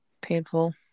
Painful